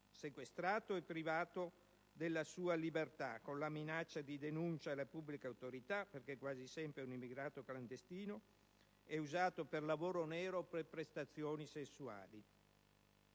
sequestrato e privato della sua libertà, con la minaccia di denuncia alle pubbliche autorità - perché quasi sempre è un immigrato clandestino - ed usato per lavoro nero o per prestazioni sessuali.